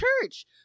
church